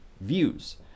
views